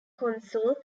consul